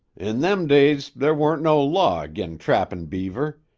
in them days there weren't no law ag'in' trappin' beaver.